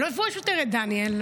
אני לא אפגוש יותר את דניאל.